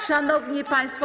Szanowni Państwo!